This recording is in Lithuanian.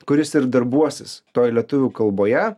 kuris ir darbuosis toj lietuvių kalboje